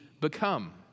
become